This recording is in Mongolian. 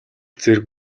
зэрэг